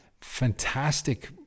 Fantastic